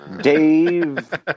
dave